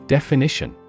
Definition